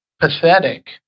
pathetic